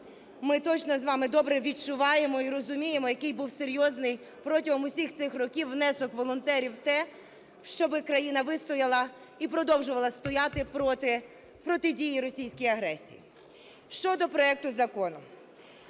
Ми точно з вами добре відчуваємо і розуміємо, який був серйозний протягом усіх цих років внесок волонтерів у те, щоб країна вистояла і продовжувала стояти проти протидії російській агресії. Щодо проекту закону.